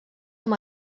com